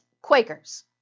Quakers